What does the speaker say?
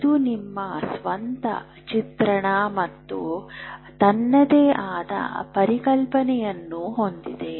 ಇದು ನಿಮ್ಮ ಸ್ವಂತ ಚಿತ್ರಣ ಮತ್ತು ತನ್ನದೇ ಆದ ಪರಿಕಲ್ಪನೆಗಳನ್ನು ಹೊಂದಿದೆ